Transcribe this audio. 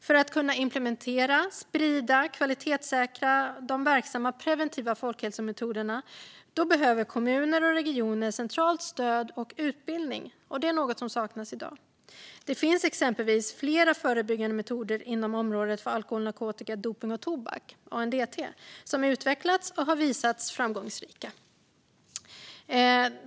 För att kunna implementera, sprida och kvalitetssäkra de verksamma preventiva folkhälsometoderna behöver kommuner och regioner centralt stöd och utbildning, vilket är något som saknas i dag. Det finns exempelvis flera förebyggande metoder inom området för alkohol, narkotika, dopning och tobak - ANDT - som utvecklats och visat sig vara framgångsrika.